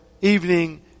evening